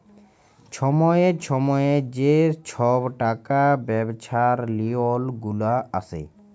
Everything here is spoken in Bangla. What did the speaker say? ছময়ে ছময়ে যে ছব টাকা ব্যবছার লিওল গুলা আসে